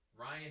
Ryan